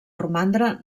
romandre